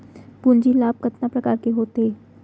पूंजी लाभ कतना प्रकार के होथे?